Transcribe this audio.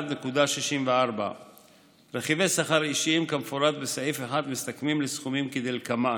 3,931.64. רכיבי השכר האישיים כמפורט בסעיף 1 מסתכמים לסכומים כדלקמן: